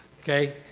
okay